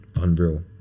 unreal